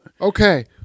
Okay